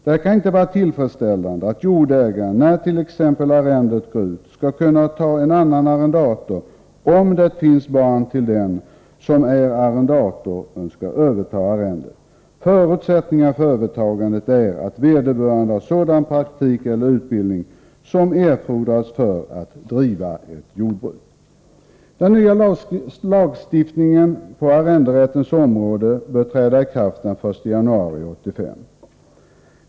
Det kan inte vara tillfredsställande att jordägaren när t.ex. arrendet går ut skall kunna ta en annan arrendator, om det finns barn till den som är arrendator och detta barn önskar överta arrendet. Förutsättningen för övertagandet är att vederböran de har sådan praktik eller utbildning som erfordras för att driva ett jordbruk. Den nya lagstiftningen på arrenderättens område bör träda i kraft den 1 januari 1985.